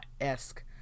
esque